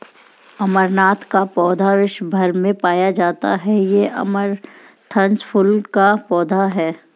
अमरनाथ का पौधा विश्व् भर में पाया जाता है ये अमरंथस कुल का पौधा है